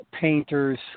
Painters